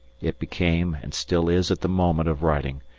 it became, and still is at the moment of writing,